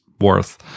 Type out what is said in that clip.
worth